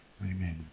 Amen